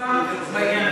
כלפה בעניין